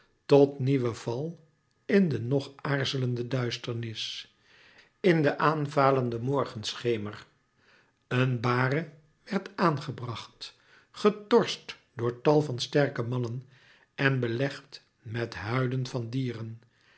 tot nieuwen val in de nog aarzelende duisternis in den aan valenden morgenschemer een bare werd aan gebracht getorst door tal van sterke mannen en belegd met huiden van dieren